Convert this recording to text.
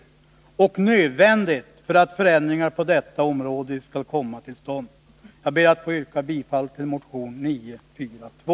Detta är nödvändigt för att förändringar på detta område skall komma till stånd. Jag ber att få yrka bifall till motion 942.